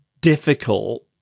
difficult